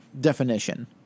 definition